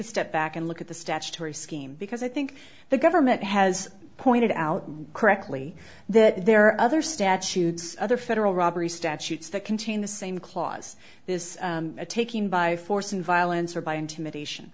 a step back and look at the statutory scheme because i think the government has pointed out correctly that there are other statutes other federal robbery statutes that contain the same clause this taking by force and violence or by intimidation